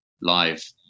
live